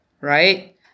right